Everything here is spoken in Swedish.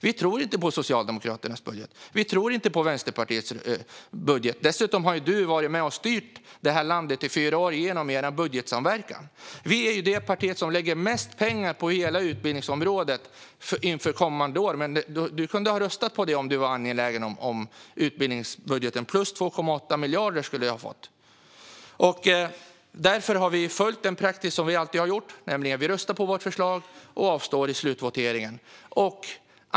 Vi tror inte på Socialdemokraternas budget, och vi tror inte på Vänsterpartiets budget. Dessutom har ju du varit med och styrt det här landet i fyra år, genom er budgetsamverkan. Vi är det parti som lägger mest pengar på hela utbildningsområdet inför kommande år. Du kunde ha röstat på det om du var angelägen om utbildningsbudgeten; plus 2,8 miljarder skulle du ha fått. Vi har följt den praxis vi alltid har gjort, nämligen att rösta på vårt förslag och avstå i slutvoteringen.